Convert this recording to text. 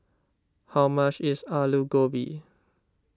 how much is Alu Gobi